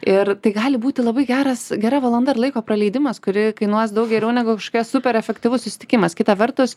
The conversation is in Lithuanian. ir tai gali būti labai geras gera valanda ir laiko praleidimas kuri kainuos daug geriau negu kažkokia super efektyvus susitikimas kita vertus